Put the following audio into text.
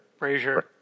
Frazier